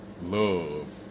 love